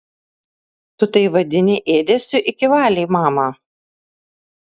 tu tai vadini ėdesiu iki valiai mama